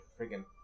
freaking